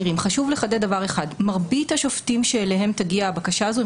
חשוב לחדד דבר אחד והוא שמרבית השופטים אליהם תגיע הבקשה הזאת,